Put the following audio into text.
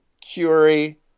Curie